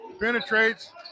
penetrates